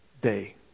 day